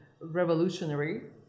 revolutionary